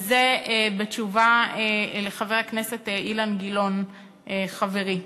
וזה בתשובה לחבר הכנסת אילן גילאון, חברי.